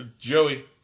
Joey